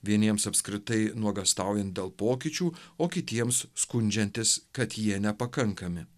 vieniems apskritai nuogąstaujant dėl pokyčių o kitiems skundžiantis kad jie nepakankami